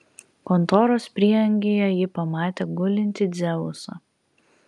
kontoros prieangyje ji pamatė gulintį dzeusą